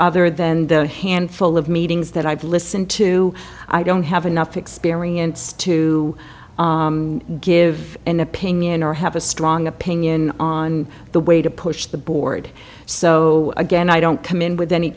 other than the handful of meetings that i've sin two i don't have enough experience to give an opinion or have a strong opinion on the way to push the board so again i don't come in with any